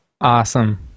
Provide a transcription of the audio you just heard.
Awesome